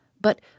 But